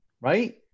right